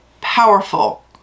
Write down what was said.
powerful